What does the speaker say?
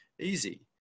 easy